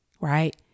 right